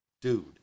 dude